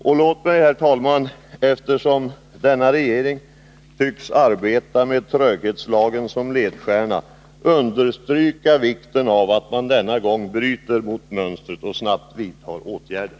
Och låt mig, herr talman, eftersom denna regering tycks arbeta med tröghetslagen som ledstjärna, understryka vikten av att man denna gång bryter mot mönstret och snabbt vidtar åtgärder.